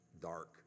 dark